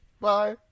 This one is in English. Bye